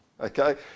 okay